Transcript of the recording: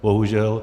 Bohužel.